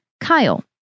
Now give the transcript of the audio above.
Kyle